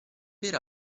per